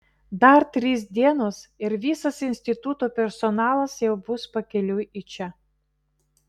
dar trys dienos ir visas instituto personalas jau bus pakeliui į čia